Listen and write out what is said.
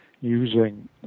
using